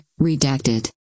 redacted